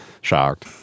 shocked